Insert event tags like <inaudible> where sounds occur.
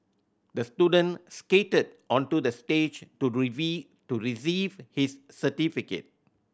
the student skated onto the stage to <unintelligible> to receive his certificate